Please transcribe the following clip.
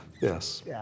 Yes